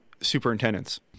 superintendents